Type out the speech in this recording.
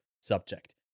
subject